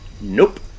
nope